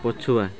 ପଛୁଆ